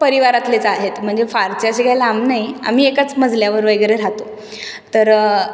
परिवारातलेच आहेत म्हणजे फारसे असे काही लांब नाही आम्ही एकाच मजल्यावर वगैरे राहतो तर